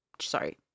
sorry